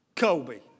Kobe